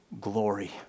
glory